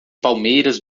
palmeiras